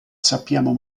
sappiamo